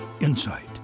insight